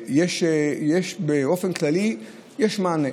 ובאופן כללי יש מענה.